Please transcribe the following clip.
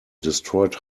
destroyed